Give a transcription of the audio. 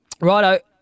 Righto